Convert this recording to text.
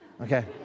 Okay